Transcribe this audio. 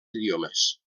idiomes